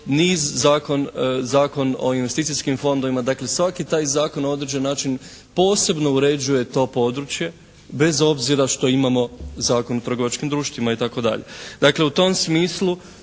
niz Zakon o investicijskim fondovima. Dakle svaki taj zakon na određen način posebno uređuje to područje bez obzira što imamo Zakon o trgovačkim društvima itd. Dakle, u tom smislu